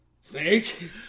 Snake